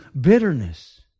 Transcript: bitterness